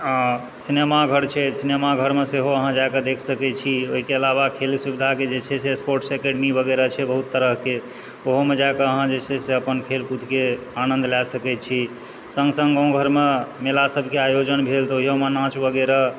सिनेमाघर छै सिनेमाघरमे सेहो अहाँ जा कऽ देख सकै छी ओहिके अलावा खेलके सुविधा जे छै से स्पोर्ट्स एकेडमी वगैरह छै बहुत तरहके ओहूमे जा कऽ जे छै अहाँ खेलकूदके आनन्द लए सकै छी सङ्ग सङ्ग गाम घरमे मेलासभके आयोजन भी भेल तऽ ओहियोमे नाच वगैरह